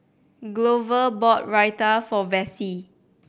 Glover bought Raita for Vassie